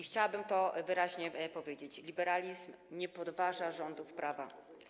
Chciałabym to wyraźnie powiedzieć: liberalizm nie podważa rządów prawa.